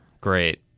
great